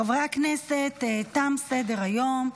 חברי הכנסת, תם סדר-היום.